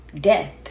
Death